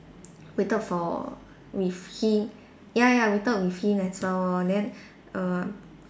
waited for with him ya ya waited for with him as well lor then err